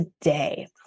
today